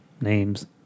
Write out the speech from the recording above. names